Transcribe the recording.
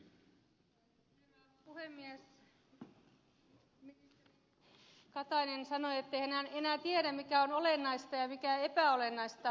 ministeri katainen sanoi ettei hän enää tiedä mikä on olennaista ja mikä epäolennaista